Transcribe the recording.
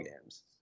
games